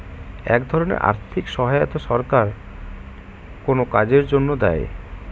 এক ধরনের আর্থিক সহায়তা সরকার কোনো কাজের জন্য দেয়